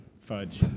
Fudge